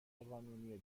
قانونیه